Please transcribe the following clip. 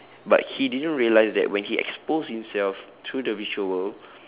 but he didn't realise that when he exposed himself through the virtual world